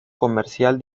comercial